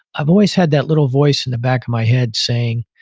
i've always had that little voice in the back of my head saying,